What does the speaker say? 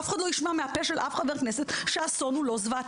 אף אחד לא ישמע מהפה של אף חבר כנסת שהאסון הוא לא זוועתי.